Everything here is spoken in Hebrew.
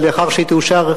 לאחר שהיא תאושר,